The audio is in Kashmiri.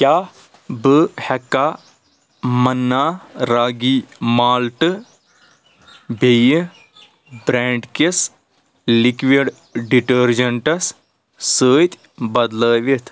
کیٛاہ بہٕ ہیٚکا مَنا راگی مالٹ بیٚیہِ بریٚنڈ کِس لِکوِڈ ڈِٹرجیٚنٛٹس سۭتۍ بدلٲوِتھ